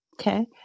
Okay